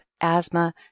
asthma